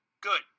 Good